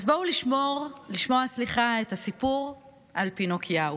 אז בואו לשמוע את הסיפור על "פינוקיהו",